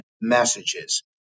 messages